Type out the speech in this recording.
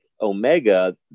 Omega